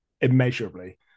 immeasurably